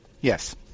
Yes